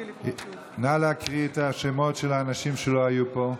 נא להקריא את השמות של האנשים שלא היו פה.